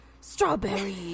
strawberry